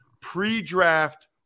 Pre-draft